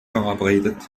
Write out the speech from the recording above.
verabredet